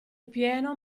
pieno